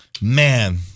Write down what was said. man